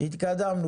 התקדמנו.